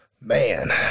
Man